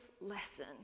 lesson